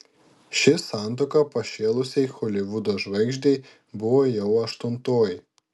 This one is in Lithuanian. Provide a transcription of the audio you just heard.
ši santuoka pašėlusiai holivudo žvaigždei buvo jau aštuntoji